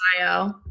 bio